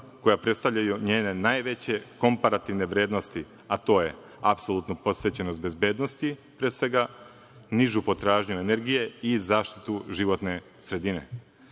koja predstavljaju njene najveće komparativne vrednosti, a to je apsolutna posvećenost bezbednosti, pre svega, nižu potražnju energije i zaštite životne sredine. Stanje